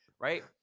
right